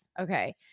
Okay